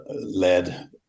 led